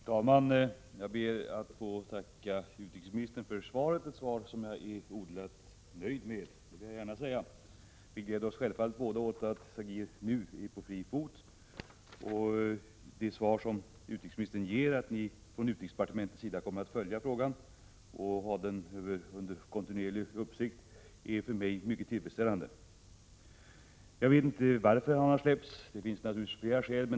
Herr talman! Jag ber att få tacka utrikesministern för svaret, som jag är odelat nöjd med. Det vill jag gärna säga. Vi gläder oss båda självfallet åt att Saguier nu är på fri fot. Utrikesministerns svar att utrikesdepartementet kommer att följa frågan och ha den under kontinuerlig uppsikt är för mig mycket tillfredsställande. Jag vet inte varför Saguier har släppts. Det finns naturligtvis flera skäl.